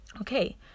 Okay